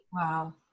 Wow